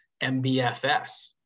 MBFS